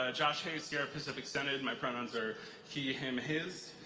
ah josh hayes, sierra pacific synod, my pronouns are he, him, his.